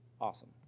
Awesome